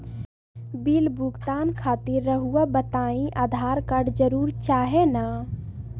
Bill भुगतान खातिर रहुआ बताइं आधार कार्ड जरूर चाहे ना?